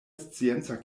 scienca